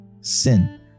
sin